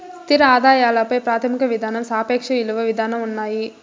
స్థిర ఆదాయాల పై ప్రాథమిక విధానం సాపేక్ష ఇలువ విధానం ఉన్నాయి